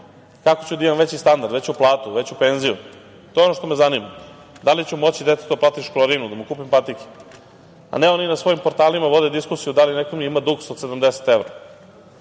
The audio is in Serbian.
kako ću da imam veći standard, veću platu, veću penziju, to je ono što me zanima, da li ću moći detetu da platim školarinu, da mu kupim patike, a ne da oni na svojim portalima vode diskusiju da li neko ima duks od 70